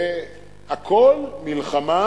והכול מלחמה,